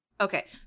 Okay